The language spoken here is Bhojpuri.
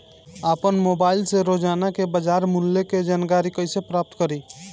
आपन मोबाइल रोजना के बाजार मुल्य के जानकारी कइसे प्राप्त करी?